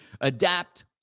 adapt